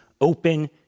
Open